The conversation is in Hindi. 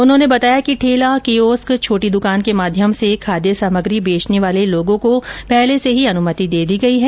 उन्होंने बताया कि ठेला कियोस्क छोटी द्रकान के माध्यम से खाद्य सामग्री बेचने वाले लोगों को पहले से ही अनुमति दी गयी है